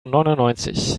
neunundneunzig